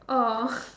oh